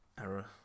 Error